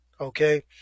Okay